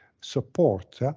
support